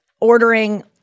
ordering